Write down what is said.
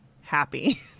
happy